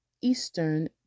Eastern